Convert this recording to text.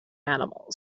animals